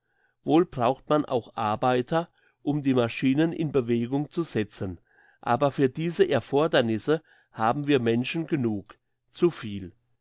wohl braucht man auch arbeiter um die maschinen in bewegung zu setzen aber für diese erfordernisse haben wir menschen genug zu viel